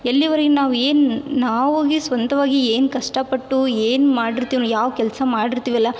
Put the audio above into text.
ಎಲ್ಲಿವರಿಗೆ ನಾವು ಏನು ನಾವಾಗೇ ಸ್ವಂತವಾಗಿ ಏನು ಕಷ್ಟಪಟ್ಟು ಏನು ಮಾಡಿರ್ತೀವಿ ಯಾವ ಕೆಲಸ ಮಾಡಿರ್ತೀವಲ್ಲ